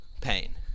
pain